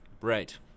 Right